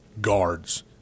guards